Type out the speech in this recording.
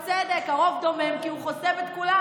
הרוב דומם כי הוא חוסם את כולם.